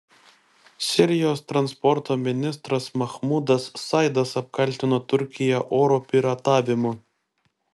sirijos transporto ministras mahmudas saidas apkaltino turkiją oro piratavimu